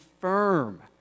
firm